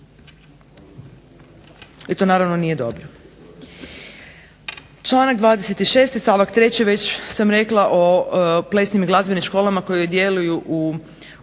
i to naravno nije dobro. Članak 26. i stavak 3. već sam rekla o plesnim i glazbenim školama koje djeluju u okviru